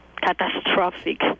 catastrophic